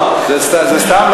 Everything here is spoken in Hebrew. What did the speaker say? טלית קטן.